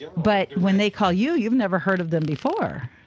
but when they call you, you've never heard of them before.